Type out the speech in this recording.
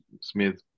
Smith